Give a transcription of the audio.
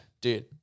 dude